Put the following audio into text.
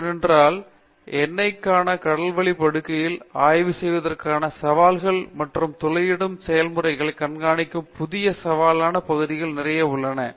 ஏனென்றால் எண்ணெய்க்கான கடல்வழிப் படுக்கையை ஆய்வு செய்வதற்கான சவால்கள் மற்றும் துளையிடும் செயல்முறைகளை கண்காணிக்கும் புதிய சவாலான பகுதிகள் நிறைய உள்ளன